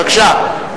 בבקשה,